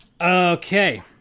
Okay